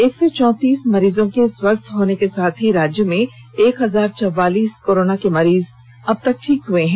एक सौ चौंतीस मरीजों के स्वस्थ होने के साथ ही राज्य में एक हजार चौवालीस कोरोना के मरीज अबतक ठीक हो चुके हैं